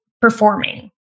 performing